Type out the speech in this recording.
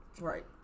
Right